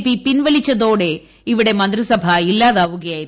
P പിൻവലിച്ചതോടെ ഇവിടെ മന്ത്രിസഭ ഇല്ലാതാകുകയായിരുന്നു